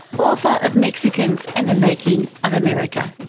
author of mexicans and the making of america.